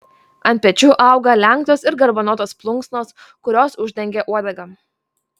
ant pečių auga lenktos ir garbanotos plunksnos kurios uždengia uodegą